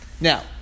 Now